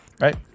Right